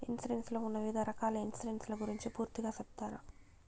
Insurance లో ఉన్న వివిధ రకాల ఇన్సూరెన్సు ల గురించి పూర్తిగా సెప్తారా?